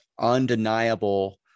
undeniable